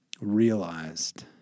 realized